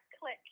click